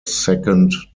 second